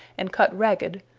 and cut ragged,